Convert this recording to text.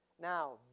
now